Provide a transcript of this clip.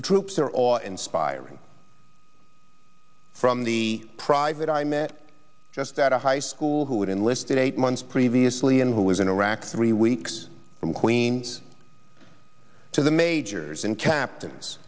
the troops are all inspiring from the private i met just that a high school who'd enlisted eight months previously and who was in iraq three weeks from queens to the majors and captains